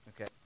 okay